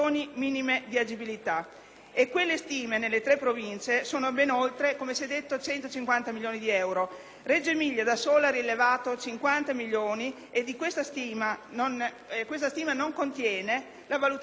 quelle stime nelle tre Province sono ben oltre, come si è detto, 150 milioni di euro. Reggio Emilia da sola ha rilevato 50 milioni e questa stima non contiene la valutazione degli edifici privati.